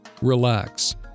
relax